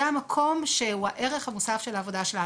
זה המקום שהוא הערך המוסף של העבודה שלנו.